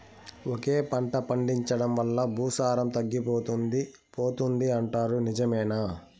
ఒకే పంట పండించడం వల్ల భూసారం తగ్గిపోతుంది పోతుంది అంటారు నిజమేనా